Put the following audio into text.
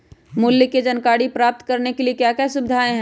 मूल्य के जानकारी प्राप्त करने के लिए क्या क्या सुविधाएं है?